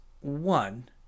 one